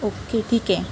okay ठीक आहे